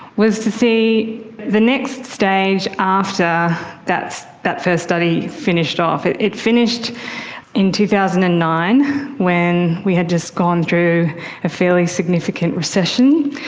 was to see the next stage after that first study finished off. it it finished in two thousand and nine when we had just gone through a fairly significant recession.